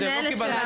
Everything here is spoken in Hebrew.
לא קיבלנו תשובה.